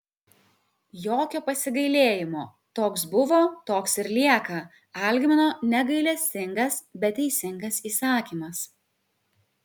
jokio pasigailėjimo toks buvo toks ir lieka algmino negailestingas bet teisingas įsakymas